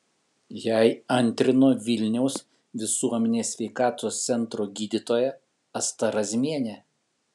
jai antrino vilniaus visuomenės sveikatos centro gydytoja asta razmienė